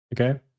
Okay